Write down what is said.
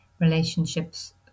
relationships